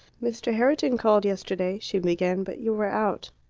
mr. herriton called yesterday, she began, but you were out.